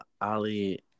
Ali